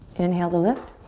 inhale to lift.